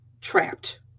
trapped